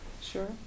sure